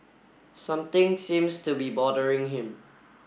something seems to be bothering him